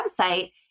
website